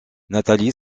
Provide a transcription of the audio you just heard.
nathalie